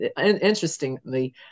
Interestingly